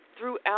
throughout